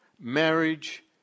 marriage